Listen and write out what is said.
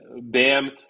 Bam